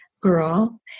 girl